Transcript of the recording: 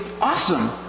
awesome